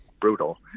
brutal